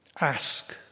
Ask